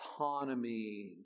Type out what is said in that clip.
autonomy